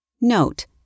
Note